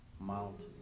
Mount